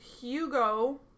Hugo